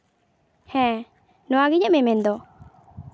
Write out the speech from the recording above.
ᱦᱮᱸ ᱱᱚᱣᱟᱜᱮ ᱤᱧᱟᱹᱜ ᱢᱮᱢᱮᱱ ᱫᱚ